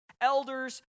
elders